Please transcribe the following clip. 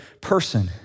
person